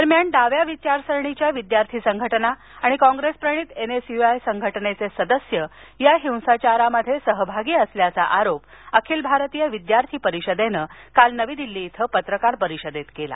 दरम्यान डाव्या विचारसरणीच्या विद्यार्थी संघटना आणि कॉप्रेसप्रणीत एन एस यू आय संघटनेचे सदस्य या हिंसाचारात सहभागी असल्याचा आरोप अखिल भारतीय विद्यार्थी परिषदेनं काल नवी दिल्ली इथं पत्रकार परिषदेत केला